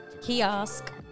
kiosk